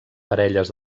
parelles